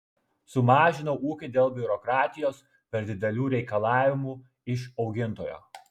sumažinau ūkį dėl biurokratijos per didelių reikalavimų iš augintojo